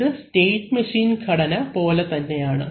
ഇത് state machine ഘടന പോലെ തന്നെയാണ്